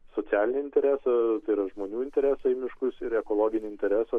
socialinį interesą tai yra žmonių interesą į miškus ir ekologinį interesą